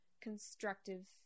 constructive